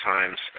Times